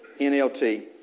NLT